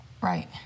Right